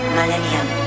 Millennium